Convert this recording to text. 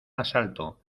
asalto